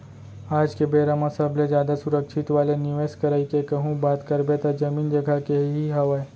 आज के बेरा म सबले जादा सुरक्छित वाले निवेस करई के कहूँ बात करबे त जमीन जघा के ही हावय